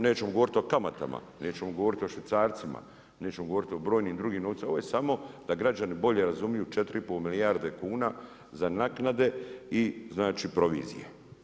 Nećemo govoriti o kamatama, nećemo govoriti o švicarcima, nećemo govorit o bornim drugim novcima, ovoj je samo da građani bolje razumiju 4,5 milijarde kuna za naknade i provizije.